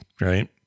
right